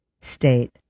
state